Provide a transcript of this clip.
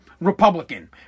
Republican